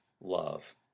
love